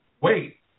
Wait